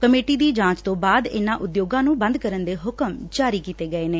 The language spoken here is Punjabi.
ਕਮੇਟੀ ਦੀ ਜਾਂਚ ਤੋਂ ਬਾਅਦ ਇਨੂਾਂ ਉਦਯੋਗਾਂ ਨੂੰ ਬੰਦ ਕਰਨ ਦੇ ਹੁਕਮ ਜਾਰੀ ਕੀਤੇ ਗਏ ਨੇ